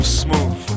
smooth